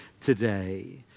today